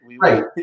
right